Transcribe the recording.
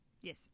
Yes